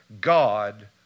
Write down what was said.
God